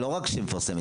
לא רק שהיא מפרסמת,